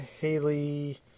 Haley